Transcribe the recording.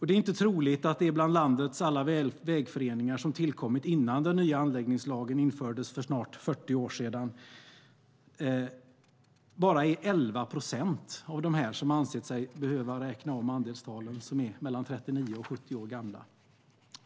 Det är inte troligt att det bland landets alla vägföreningar som tillkommit innan den nya anläggningslagen infördes för snart 40 år sedan är bara 11 procent som ansett sig behöva räkna om andelstalen, som är mellan 39 och 70 år gamla.